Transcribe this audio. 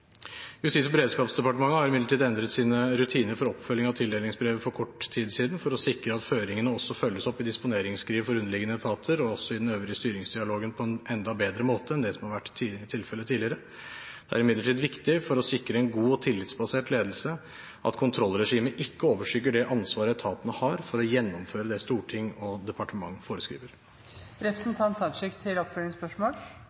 Justis- og beredskapsdepartementet har imidlertid endret sine rutiner for oppfølging av tildelingsbrev for kort tid siden for å sikre at føringene også følges opp i disponeringsskriv for underliggende etater og også i den øvrige styringsdialogen på en enda bedre måte enn det som har vært tilfellet tidligere. Det er imidlertid viktig for å sikre en god og tillitsbasert ledelse at kontrollregimet ikke overskygger det ansvaret etaten har for å gjennomføre det storting og departement foreskriver. Eg spør ikkje om saka som er til